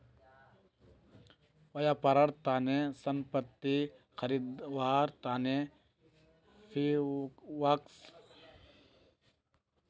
व्यापारेर तने संपत्ति खरीदवार तने फिक्स्ड कैपितलेर प्रयोग कर छेक